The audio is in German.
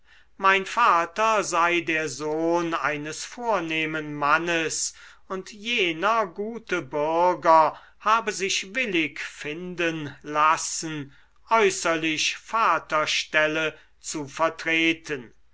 mein vater sei der sohn eines vornehmen mannes und jener gute bürger habe sich willig finden lassen äußerlich vaterstelle zu vertreten